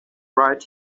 right